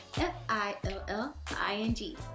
f-i-l-l-i-n-g